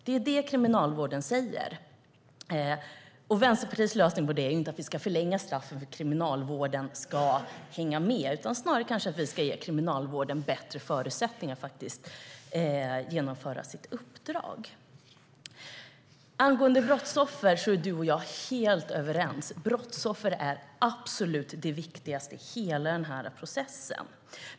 Det är det som man från Kriminalvården säger. Vänsterpartiets lösning är inte att straffen ska förlängas för att Kriminalvården ska hänga med, utan snarare att ge Kriminalvården bättre förutsättningar att fullgöra sitt uppdrag. Angående brottsoffer är du och jag helt överens, Anders Hansson. Brottsoffer är absolut det viktigaste i hela processen.